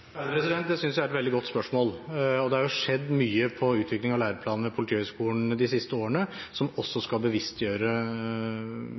Det synes jeg er et veldig godt spørsmål. Det har skjedd mye innen utvikling av læreplanene ved Politihøgskolen de siste årene, også